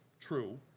true